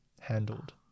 handled